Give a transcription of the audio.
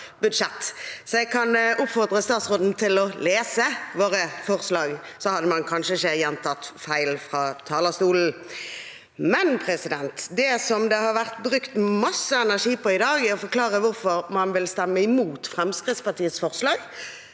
jeg kan oppfordre statsråden til å lese våre forslag, slik at man kanskje ikke gjentar feil fra talerstolen. Men det som det har vært brukt masse energi på i dag, er å forklare hvorfor man vil stemme imot Fremskrittspartiets forslag,